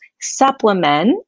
supplement